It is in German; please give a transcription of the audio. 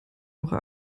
woche